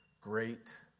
great